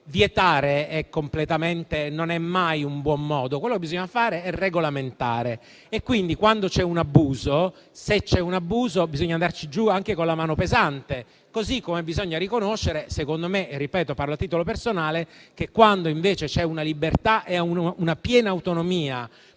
Vietare non è mai un buon modo; quello che bisogna fare è regolamentare. Quando c'è un abuso, se c'è un abuso, bisogna andarci giù anche con la mano pesante. Così come bisogna riconoscere - ripeto, parlo a titolo personale - che quando invece c'è una libertà e una piena autonomia